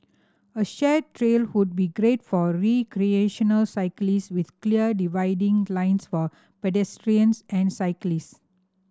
a shared trail would be great for recreational cyclist with clear dividing lines for pedestrians and cyclist